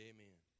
Amen